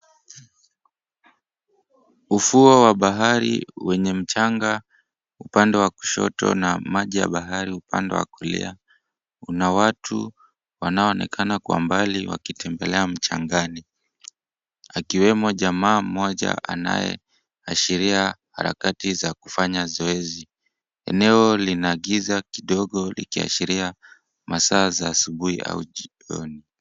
Ufuo wa bahari wenye mchanga upande wa kushoto na maji ya bahari upande wa kulia, una watu wanaonekana kwa mbali wakitembelea mchangani. Akiwemo jamaa mmoja anayeashiria harakati za kufanya zoezi. Eneo lina giza kidogo likiashiria masaa za asubuhi au jioni.